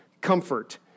comfort